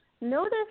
notice